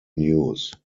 news